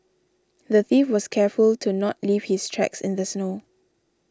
the thief was careful to not leave his tracks in the snow